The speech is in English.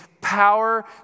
power